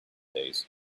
days